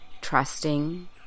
trusting